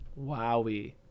Wowie